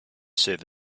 serve